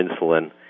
insulin